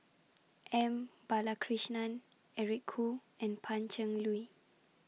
M Balakrishnan Eric Khoo and Pan Cheng Lui